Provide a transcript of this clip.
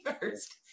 first